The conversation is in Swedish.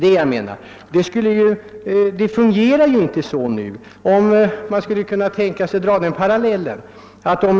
Vad jag syftar på är att lagen nu inte fungerar på ett tillfredsställande sätt. Låt mig dra en parallell.